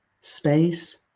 space